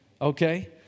Okay